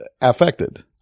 affected